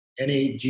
NAD